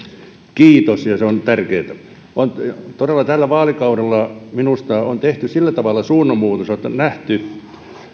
kiitos ja se on tärkeätä on todella tällä vaalikaudella minusta tehty sillä tavalla suunnanmuutos että on nähty